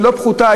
לא פחותה,